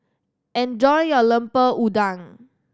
enjoy your Lemper Udang